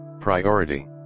Priority